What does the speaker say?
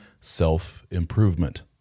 self-improvement